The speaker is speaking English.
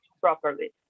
properly